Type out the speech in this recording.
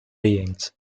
beings